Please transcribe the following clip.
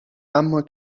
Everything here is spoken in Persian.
اما